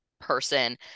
person